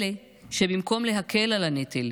אלה שבמקום להקל את הנטל,